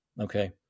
okay